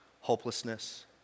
hopelessness